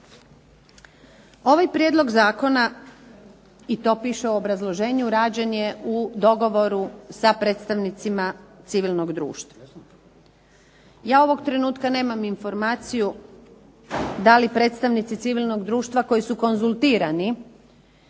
Ovaj prijedlog zakona i to piše u obrazloženju, rađen je sa predstavnicima civilnog društva. Ja ovog trenutka nema informaciju da li predstavnici civilnog društva koji su konzultirani